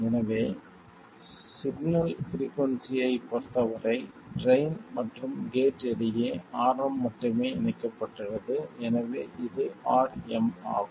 எனவே சிக்னல் பிரிக்குயென்சியைப் பொறுத்தவரை ட்ரைன் மற்றும் கேட் இடையே Rm மட்டுமே இணைக்கப்பட்டுள்ளது எனவே இது Rm ஆகும்